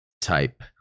type